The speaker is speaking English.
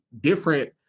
different